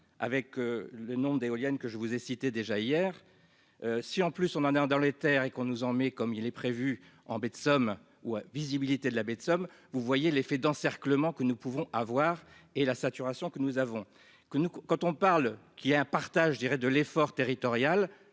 avec le nombre d'éoliennes que je vous ai cité déjà hier, si en plus on en est dans les Terres et qu'on nous en mais comme il est prévu en Baie de Somme ou à visibilité de la baie de Somme, vous voyez l'effet d'encerclement que nous pouvons avoir et la saturation que nous avons que nous quand on parle, qu'il y ait un partage, je dirais de l'effort territoriales,